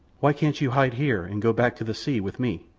why can't you hide here and go back to the sea with me?